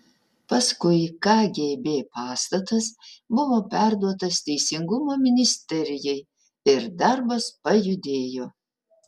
paskui kgb pastatas buvo perduotas teisingumo ministerijai ir darbas pajudėjo